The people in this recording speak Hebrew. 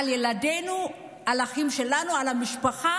לאיים על ילדינו, על האחים שלנו, על המשפחה,